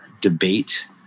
debate